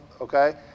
okay